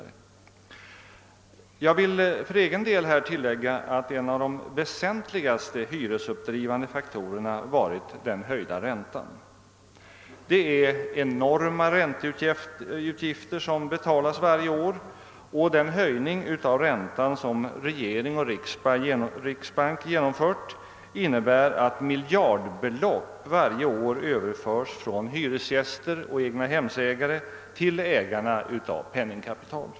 Jag vill för egen del tillägga att en av de väsentligaste hyresuppdrivande faktorerna har varit den höjda räntan. Det är enorma ränteutgifter som betalas varje år, och den höjning av räntan som regering och riksbank har genomfört innebär att miljardbelopp överförs från hyresgäster och egnahemsägare = till ägarna av penningkapital.